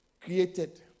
created